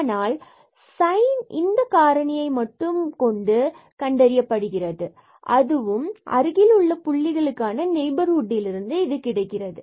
ஆனால் இதன் சைன் இந்த காரணியை கொண்டு மட்டும் கண்டறியப்படுகிறது அதுவும் அருகில் உள்ள புள்ளிக்கான நெய்பர்ஹுட்டில் இருந்து கிடைக்கிறது